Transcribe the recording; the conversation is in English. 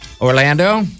Orlando